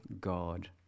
God